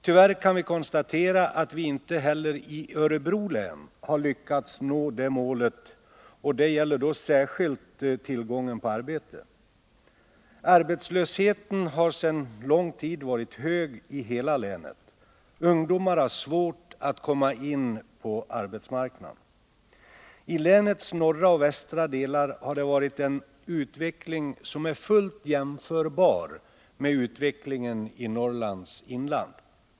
Tyvärr kan vi konstatera att vi inte heller i Örebro län har lyckats nå det målet. Det gäller särskilt tillgången på arbete. Arbetslösheten har sedan lång tid varit hög i hela länet. Ungdomar har svårt att komma in på arbetsmarknaden. I länets norra och västra delar har det varit en utveckling som är fullt jämförbar med utvecklingen i Norrlands inland.